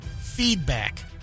Feedback